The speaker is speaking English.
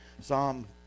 Psalm